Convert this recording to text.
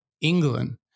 England